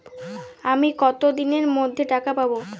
আমি কতদিনের মধ্যে টাকা পাবো?